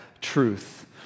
truth